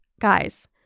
guys